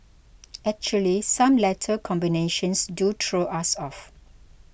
actually some letter combinations do throw us off